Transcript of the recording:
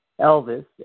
Elvis